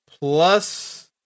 plus